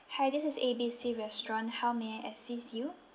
hi this is A B C restaurant how may I assist you